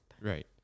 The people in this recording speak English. Right